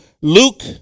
Luke